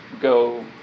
go